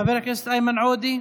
אינו נוכח, חבר הכנסת איימן עודה,